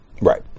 Right